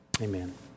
Amen